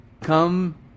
come